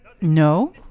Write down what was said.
no